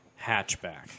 hatchback